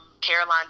Caroline